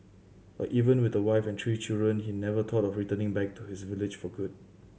but even with a wife and three children he never thought of returning back to his village for good